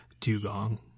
Dugong